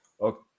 okay